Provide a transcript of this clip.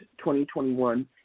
2021